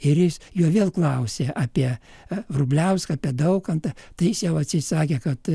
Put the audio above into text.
ir jis jo vėl klausė apie vrubliauską apie daukantą tai jis jau atsieit sakė kad